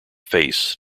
face